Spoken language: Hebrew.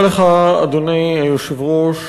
אדוני היושב-ראש,